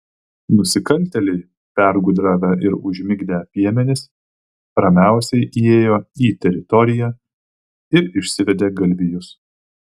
nusikaltėliai pergudravę ir užmigdę piemenis ramiausiai įėjo į teritoriją ir išsivedė galvijus